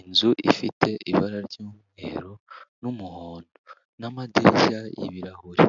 Inzu ifite ibara ry'umweru n'umuhondo n'amadirishya y'ibirahuri,